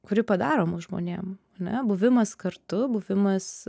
kuri padaroma žmonėm ane buvimas kartu buvimas